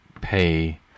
pay